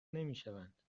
نمیشوند